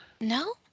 No